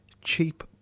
cheap